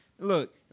Look